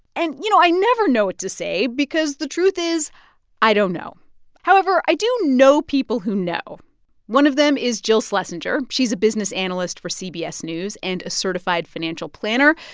and, you know, i never know what to say because the truth is i don't know however, i do know people who know one of them is jill schlesinger. she's a business analyst for cbs news and a certified financial planner.